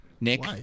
Nick